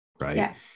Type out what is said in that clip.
right